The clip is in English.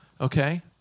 Okay